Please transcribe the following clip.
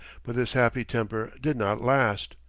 but this happy temper did not last.